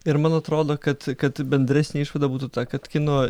ir man atrodo kad kad bendresnė išvada būtų ta kad kino